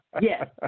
Yes